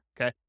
okay